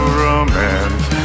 romance